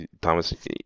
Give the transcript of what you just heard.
thomas